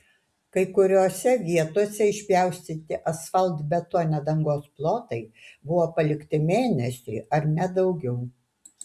kai kuriose vietose išpjaustyti asfaltbetonio dangos plotai buvo palikti mėnesiui ar net daugiau